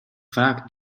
vaak